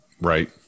Right